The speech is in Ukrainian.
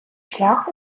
шлях